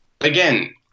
again